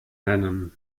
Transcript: nennen